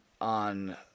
on